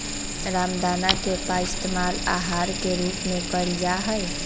रामदाना के पइस्तेमाल आहार के रूप में कइल जाहई